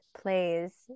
plays